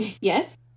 Yes